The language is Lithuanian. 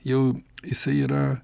jau jisai yra